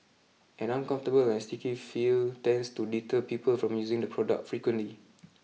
an uncomfortable and sticky feel tends to deter people from using the product frequently